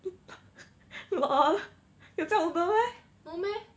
lol 有这种的 meh